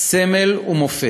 סמל ומופת.